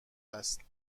است